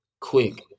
Quick